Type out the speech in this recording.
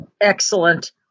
Excellent